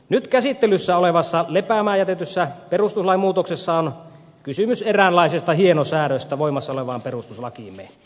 nyt käsittelyssä olevassa lepäämään jätetyssä perustuslain muutoksessa on kysymys eräänlaisesta hienosäädöstä voimassa olevaan perustuslakiimme